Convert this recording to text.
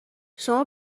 شما